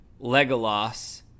Legolas